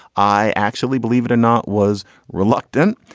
i actually, believe it or not, was reluctant.